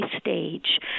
stage